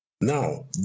Now